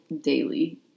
daily